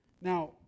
Now